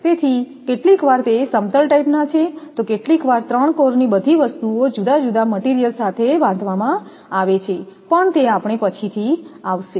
તેથી કેટલીકવાર તે સમતલ ટાઇપ ના છે તો કેટલીકવાર ત્રણ કોર ની બધી વસ્તુઓ જુદા જુદા મટીરીયલ સાથે બાંધવામાં આવે છે પણ તે આપણે પછીથી આવશે